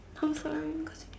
oh sorry